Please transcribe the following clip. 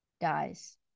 dies